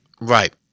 Right